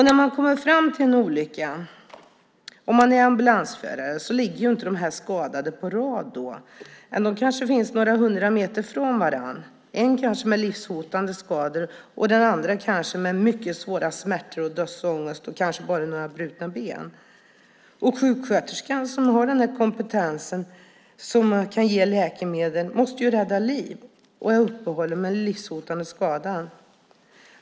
När man kommer fram till en olycka som ambulansförare ligger inte de skadade på rad, utan de kanske finns några hundra meter ifrån varandra. En kanske har livshotande skador och en annan mycket svåra smärtor och dödsångest men kanske bara ett brutet ben. Sjuksköterskan som har kompetens för att ge läkemedel måste rädda liv, och får uppehålla sig vid den livshotande skadan.